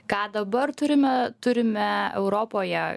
ką dabar turime turime europoje